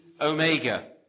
omega